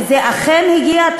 וזה אכן הגיע,